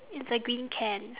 it's a green can